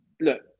look